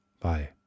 Bye